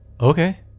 Okay